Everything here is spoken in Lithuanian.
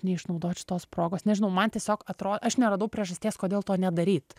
neišnaudot šitos progos nežinau man tiesiog atro aš neradau priežasties kodėl to nedaryt